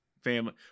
Family